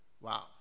Wow